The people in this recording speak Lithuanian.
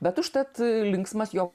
bet užtat linksmas jo